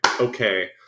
okay